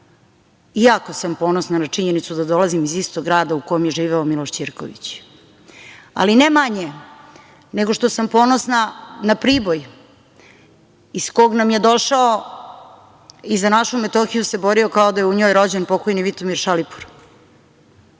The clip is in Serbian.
sam ponosna na činjenicu da dolazim iz istog grada u kom je živeo Miloš Ćirković, ali ne manje nego što sam ponosna na Priboj iz kog nam je došao i za našu Metohiju se borio kao da je u njoj rođen, pokojni Vitomir Šalipur,